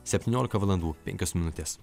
septyniolika valandų penkios minutės